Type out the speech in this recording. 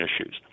issues